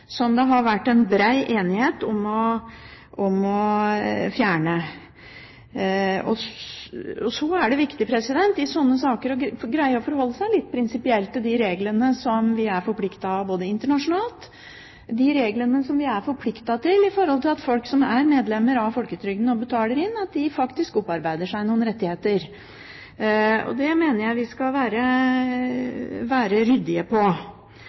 som det har vært bred enighet om å fjerne. Så er det viktig i sånne saker å greie å forholde seg litt prinsipielt til de reglene som vi er forpliktet av internasjonalt, og de reglene som vi er forpliktet av ved at folk som er medlemmer av folketrygden og betaler inn, faktisk opparbeider seg noen rettigheter. Det mener jeg vi skal være ryddige på.